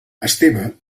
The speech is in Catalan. esteve